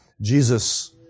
Jesus